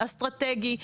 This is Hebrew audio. אסטרטגי,